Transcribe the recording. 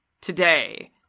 today